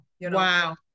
Wow